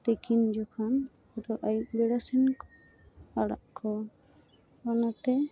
ᱛᱤᱠᱤᱱ ᱡᱚᱠᱷᱚᱱ ᱟᱨᱚ ᱟᱹᱭᱩᱵ ᱵᱮᱲᱟ ᱥᱮᱱ ᱠᱚ ᱟᱲᱟᱜ ᱠᱚᱣᱟ ᱚᱱᱟ ᱛᱮ